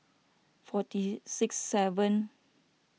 forty six seven